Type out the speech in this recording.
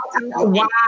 Wow